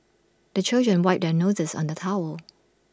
the children wipe their noses on the towel